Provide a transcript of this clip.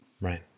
Right